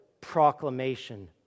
proclamation